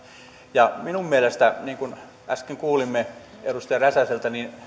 minun mielestäni niin kuin äsken kuulimme edustaja räsäseltä